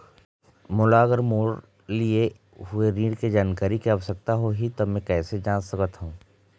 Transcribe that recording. मोला अगर मोर लिए हुए ऋण के जानकारी के आवश्यकता होगी त मैं कैसे जांच सकत हव?